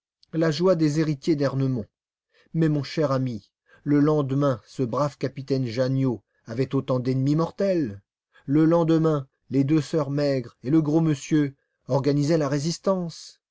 la joie des héritiers d'ernemont mais mon cher ami le lendemain ce brave capitaine janniot avait autant d'ennemis mortels le lendemain les deux sœurs maigres et le gros monsieur organisaient la résistance